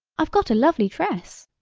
i've got a lovely dress!